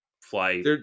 fly